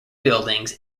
buildings